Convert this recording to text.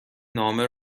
نامه